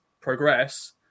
progress